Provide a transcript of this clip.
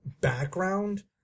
background